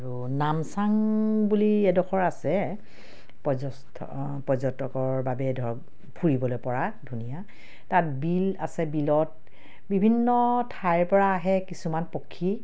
আৰু নামচাং বুলি এডোখৰ আছে পৰ্যস্ত পৰ্যটকৰ বাবে ধৰক ফুৰিবলৈ পৰা ধুনীয়া তাত বিল আছে বিলত বিভিন্ন ঠাইৰপৰা আহে কিছুমান পক্ষী